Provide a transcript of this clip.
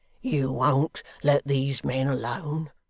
you won't let these men alone,